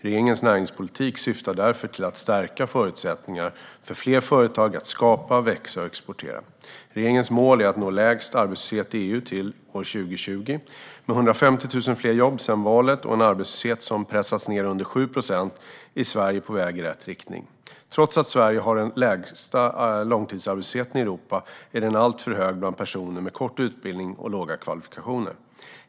Regeringens näringspolitik syftar därför till att stärka förutsättningarna för fler företag att skapa, växa och exportera. Regeringens mål är att nå lägst arbetslöshet i EU till 2020. Med 150 000 fler jobb sedan valet och en arbetslöshet som pressats ned under 7 procent är Sverige på väg i rätt riktning. Trots att Sverige har den lägsta långtidsarbetslösheten i Europa är den alltför hög bland personer med kort utbildning och låga kvalifikationer.